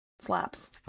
Slaps